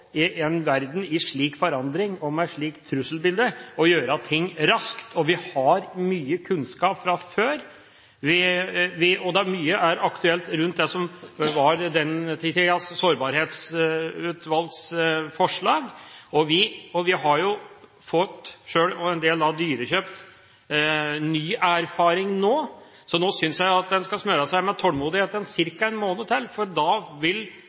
i en verden i slik forandring og med slikt trusselbilde – å gjøre ting raskt. Vi har mye kunnskap fra før, og mye rundt det som var den tidas sårbarhetsutvalgs forslag, er aktuelt. Vi har fått, en del dyrekjøpt, ny erfaring nå. Nå synes jeg en skal smøre seg med tålmodighet i ca. en måned til, for da vil